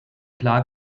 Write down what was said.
klar